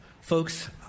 Folks